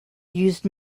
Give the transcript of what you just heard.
used